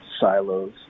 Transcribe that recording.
silos